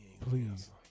Please